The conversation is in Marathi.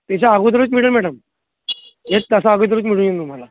त्याच्या अगोदरच मिळेल मॅडम एक तासा अगोदरच मिळून येईन तुम्हाला